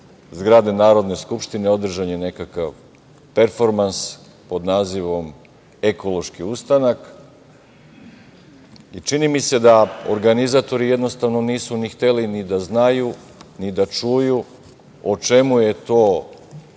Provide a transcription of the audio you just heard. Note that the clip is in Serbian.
zgrade Narodne skupštine održan je nekakav performans pod nazivom „Ekološki ustanak“. Čini mi se da organizatori nisu ni hteli ni da znaju, ni da čuju o čemu je to